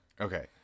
Okay